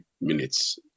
minutes